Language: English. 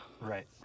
Right